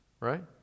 right